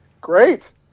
great